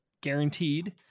guaranteed